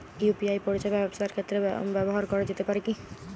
UPI পরিষেবা ব্যবসার ক্ষেত্রে ব্যবহার করা যেতে পারে কি?